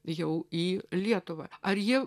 jau į lietuvą ar jie